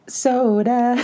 soda